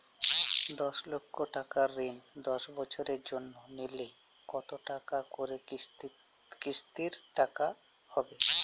দশ লক্ষ টাকার ঋণ দশ বছরের জন্য নিলে কতো টাকা করে কিস্তির টাকা হবে?